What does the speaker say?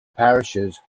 parishes